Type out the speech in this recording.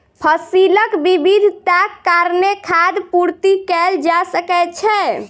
फसीलक विविधताक कारणेँ खाद्य पूर्ति कएल जा सकै छै